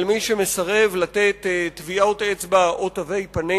מי שמסרב לתת טביעות אצבע או תווי פנים.